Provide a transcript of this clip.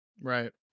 Right